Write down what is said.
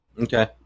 Okay